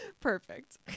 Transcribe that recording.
Perfect